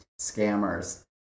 scammers